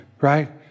right